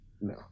No